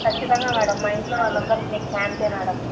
ఖచ్చితంగా మేడం మా ఇంట్లో వాళ్ళందరూ మీకు ఫ్యాన్సే మేడం